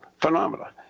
phenomena